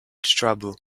trouble